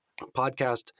Podcast